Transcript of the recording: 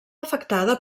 afectada